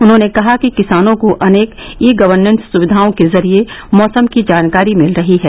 उन्होंने कहा कि किसानों को अनेक ई गवर्नेस सुविधाओं के जरिए मैसम की जानकारी मिल रही है